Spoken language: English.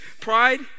pride